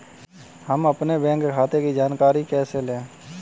हम अपने बैंक खाते की जानकारी कैसे लें?